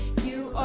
you